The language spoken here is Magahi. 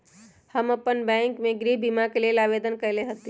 हम अप्पन बैंक में गृह बीमा के लेल आवेदन कएले हति